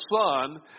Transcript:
son